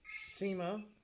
SEMA